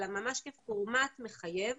אלא ממש כפורמט מחייב